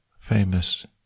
famous